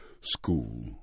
school